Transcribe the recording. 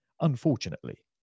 unfortunately